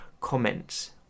comments